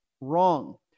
Wrong